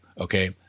okay